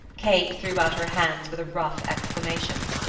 kate threw out her hands with a rough exclamation.